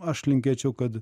aš linkėčiau kad